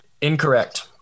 Incorrect